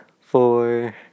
four